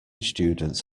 students